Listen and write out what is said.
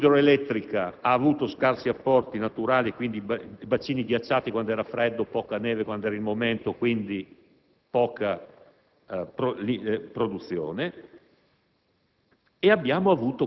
la produzione idroelettrica ha avuto scarsi apporti naturali con i bacini ghiacciati e poi poca neve quando era il momento. Quindi, scarsa produzione.